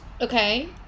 Okay